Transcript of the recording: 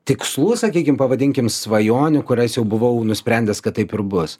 tikslų sakykim pavadinkim svajonių kurias jau buvau nusprendęs kad taip ir bus